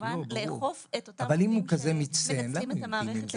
וכמובן לאכוף את אותם העובדים שמנצלים את המערכת לרעה.